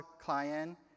client